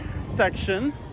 section